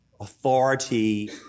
authority